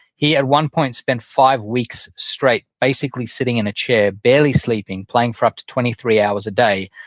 he at one point spent five weeks straight basically sitting in a chair, barely sleeping, playing for up to twenty three hours a day.